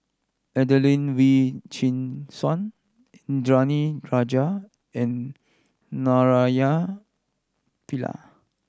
Adelene Wee Chin Suan Indranee Rajah and Naraina Pillai